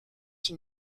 qui